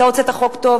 אתה הוצאת חוק טוב,